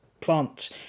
plant